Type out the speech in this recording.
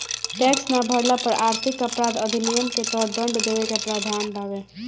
tax ना भरला पर आर्थिक अपराध अधिनियम के तहत दंड देवे के प्रावधान बावे